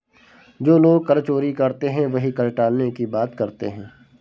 जो लोग कर चोरी करते हैं वही कर टालने की बात करते हैं